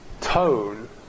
tone